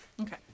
okay